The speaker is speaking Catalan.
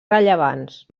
rellevants